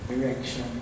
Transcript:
Direction